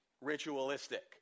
ritualistic